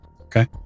Okay